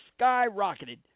skyrocketed